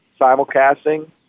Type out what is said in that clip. simulcasting